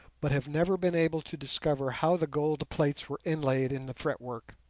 but have never been able to discover how the gold plates were inlaid in the fretwork.